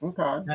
Okay